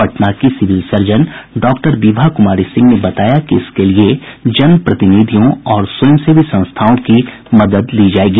पटना की civil surgeon doctor Vibha Kumari Singh ने बताया कि इसके लिए जनप्रतिनिधियों और स्वयंसेवी संस्थाओं की मदद ली जायेगी